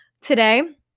Today